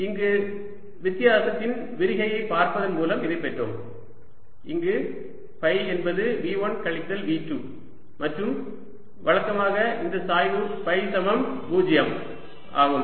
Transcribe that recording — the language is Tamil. இங்கு வித்தியாசத்தின் விரிகையை பார்ப்பதன் மூலம் இதை பெற்றோம் இங்கு ஃபை என்பது V1 கழித்தல் V2 மற்றும் வழக்கமாக இந்த சாய்வு ஃபை சமம் 0 ஆகும்